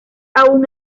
aún